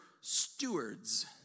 stewards